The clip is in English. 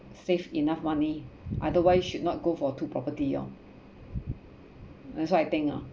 save enough money otherwise should not go for two property lor that's what I think ah